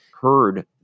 heard